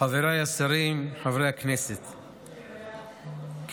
חבריי השרים, חברי הכנסת, ככלל,